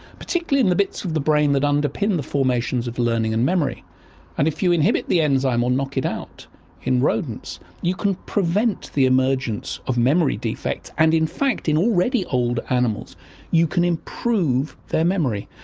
particularly in the bits of the brain that underpin the formations of learning and memory and if you inhibit the enzyme or knock it out in rodents you can prevent the emergence of memory defects and in fact in already old animals you can improve their memory,